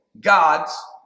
God's